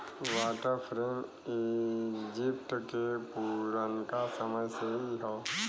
water frame Egypt के पुरनका समय से ही हौ